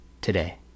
today